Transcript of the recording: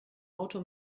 auto